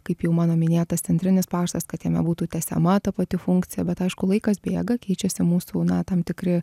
kaip jau mano minėtas centrinis paštas kad jame būtų tęsiama ta pati funkcija bet aišku laikas bėga keičiasi mūsų na tam tikri